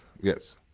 yes